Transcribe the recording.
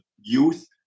youth